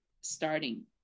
starting